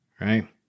right